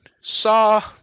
saw